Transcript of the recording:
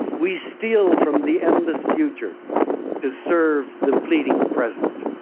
we steal from the endless future to serve the fleeting present.